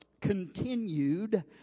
continued